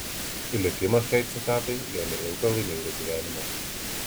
likimas šiai citatai lėmė ilgą laimingą gyvenimą